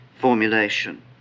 formulation